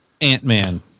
Ant-Man